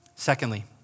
Secondly